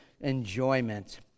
enjoyment